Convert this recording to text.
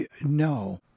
no